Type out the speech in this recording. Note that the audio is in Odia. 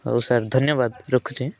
ହଉ ସାର୍ ଧନ୍ୟବାଦ ରଖୁଛି